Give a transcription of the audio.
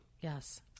Yes